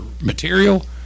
material